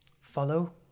follow